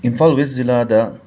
Imphal west ꯖꯤꯂꯥꯗ